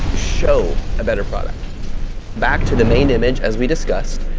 show a better product back to the main image as we discussed,